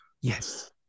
yes